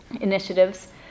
initiatives